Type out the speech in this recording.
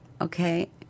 Okay